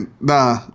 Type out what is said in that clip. nah